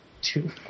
Two